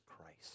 Christ